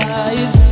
eyes